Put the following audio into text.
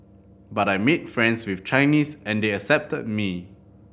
but I made friends with Chinese and they accepted me